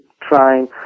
trying